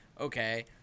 okay